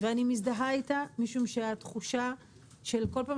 ואני מזדהה איתה משום שהתחושה שכל פעם